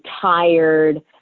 tired